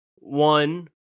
one